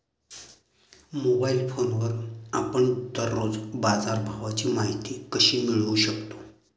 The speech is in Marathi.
मोबाइल फोनवर आपण दररोज बाजारभावाची माहिती कशी मिळवू शकतो?